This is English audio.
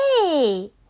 hey